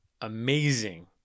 amazing